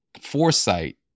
foresight